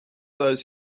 those